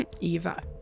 Eva